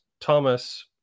thomas